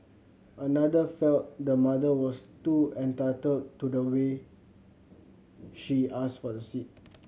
another felt the mother was too entitled to the way she asked for the seat